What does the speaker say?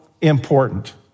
important